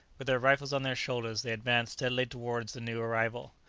with their rifles on their shoulders, they advanced steadily towards the new arrival.